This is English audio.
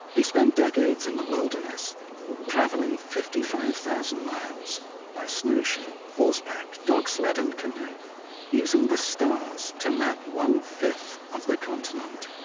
he spent decades in the wilderness traveling fifty five thousand miles by snowshoe, horseback, dogsled, and using the stars to map one fifth of the continent,